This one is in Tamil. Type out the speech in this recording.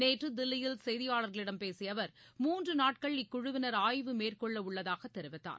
நேற்று தில்லியில் செய்தியாளர்களிடம் பேசிய அவர் மூன்று நாட்கள் இக்குழுவினர் ஆய்வு மேற்கொள்ள உள்ளதாக தெரிவித்தார்